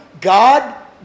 God